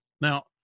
Now